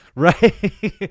Right